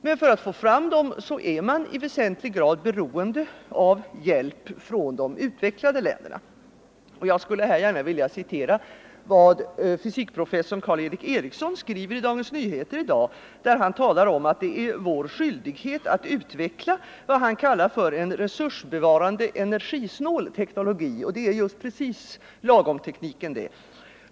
Men för att få fram dessa är man i väsentlig grad beroende av hjälp från de utvecklade länderna. Jag skulle gärna vilja citera vad fysikprofessorn Karl-Erik Eriksson skriver i Dagens Nyheter i dag. Han säger där att vår skyldighet är att utveckla vad han kallar för ”en resursbevarande energisnål teknologi”. Det är just lagom-tekniken.